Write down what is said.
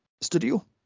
studio